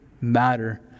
matter